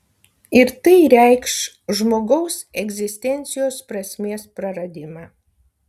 ir tai reikš žmogaus egzistencijos prasmės praradimą